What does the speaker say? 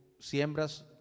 siembras